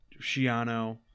Shiano